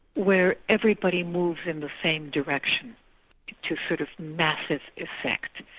where everybody moves in the same direction to sort of massive effect,